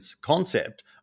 concept